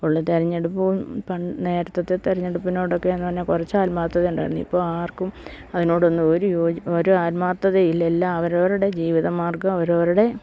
ഉള്ള തെരഞ്ഞെടുപ്പും പൺ നേരത്തത്തെ തെരഞ്ഞെടുപ്പിനോടൊക്കെ എന്ന് പറഞ്ഞാൽ കുറച്ച് ആത്മാർഥത ഉണ്ടായിരുന്നു ഇപ്പോൾ ആർക്കും അതിനോടൊന്നും ഒരു യോജി ഒരു ആത്മാർത്ഥത ഇല്ല എല്ലാം അവരവരുടെ ജീവിത മാർഗ്ഗം അവരവരുടെ